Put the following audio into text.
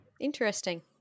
Interesting